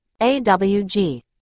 AWG